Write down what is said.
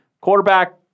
quarterback